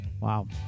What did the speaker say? Wow